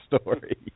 story